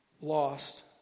Lost